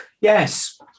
Yes